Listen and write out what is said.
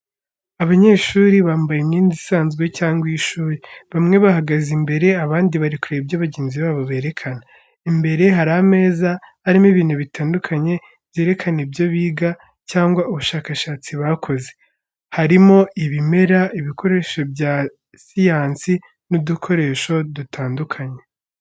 Abanyeshuri bambaye imyenda isanzwe cyangwa iy’ishuri, bamwe bahagaze imbere, abandi bari kureba ibyo bagenzi babo berekana. Imbere hari ameza arimo ibintu bitandukanye byerekana ibyo biga cyangwa ubushakashatsi bakoze, harimo ibimera, ibikoresho bya siyansi n'udukoresho dutandukanye.